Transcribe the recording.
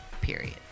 period